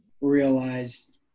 realized